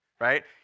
right